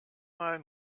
mal